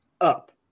up